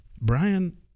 Brian